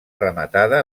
rematada